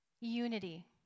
Unity